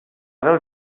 del